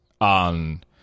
on